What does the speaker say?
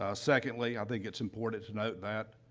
ah secondly, i think it's important to note that,